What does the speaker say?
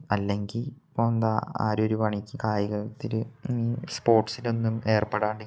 അല്ലെങ്കിൽ ഇപ്പോൾ എന്താ ആരും ഒരു പണിക്ക് കായികത്തിൽ സ്പോട്സ്സിലൊന്നും ഏർപ്പെടാണ്ട് ഇങ്ങനെ നിൽക്കും